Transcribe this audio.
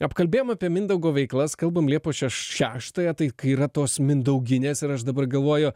apkalbėjom apie mindaugo veiklas kalbam liepos šeštąją tai yra tos mindauginės ir aš dabar galvoju